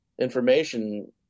information